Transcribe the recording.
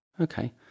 Okay